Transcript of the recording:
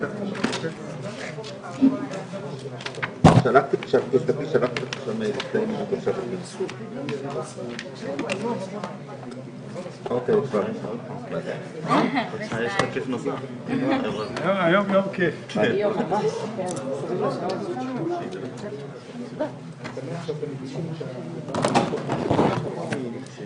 13:08.